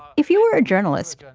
if you were a journalist,